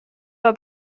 war